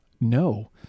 No